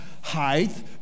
height